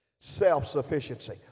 Self-sufficiency